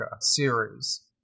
series